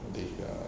if you are